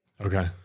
Okay